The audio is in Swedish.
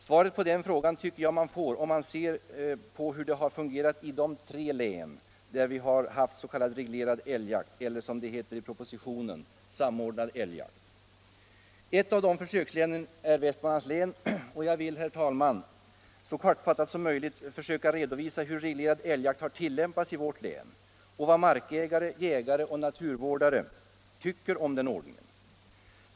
Svaret på den frågan tycker jag man får om man ser hur det har fungerat i de tre län där vi har haft s.k. reglerad älgjakt eller — som det heter i propositionen — samordnad älgjakt. Ett av dessa försökslän är Västmanlands län och jag vill, herr talman, så kortfattat som möjligt redovisa hur reglerad älgjakt har tillämpats i vårt län, och vad markägare, jägare och naturvårdare tycker om den ordningen.